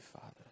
Father